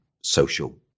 social